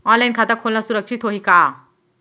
Online खाता खोलना सुरक्षित होही का?